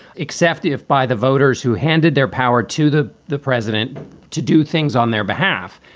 except if by the voters who handed their power to the the president to do things on their behalf.